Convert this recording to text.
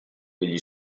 degli